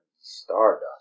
Stardust